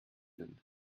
sind